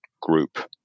group